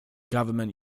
government